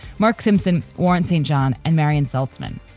mark simpson warrants in john and marion saltsman.